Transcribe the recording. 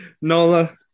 Nola